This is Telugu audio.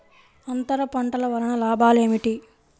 అంతర పంటల వలన లాభాలు ఏమిటి?